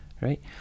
right